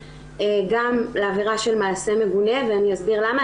גם לעבירה של מעשה מגונה ואני אסביר למה.